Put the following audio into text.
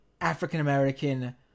African-American